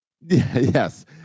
yes